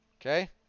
okay